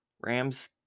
Rams